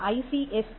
icse